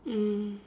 mm